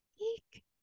Eek